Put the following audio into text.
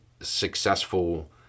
successful